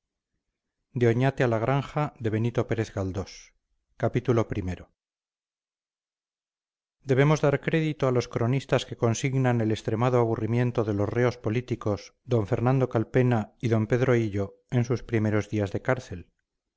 benito pérez galdós debemos dar crédito a los cronistas que consignan el extremado aburrimiento de los reos políticos d fernando calpena y d pedro hillo en sus primeros días de cárcel